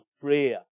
prayer